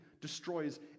destroys